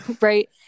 Right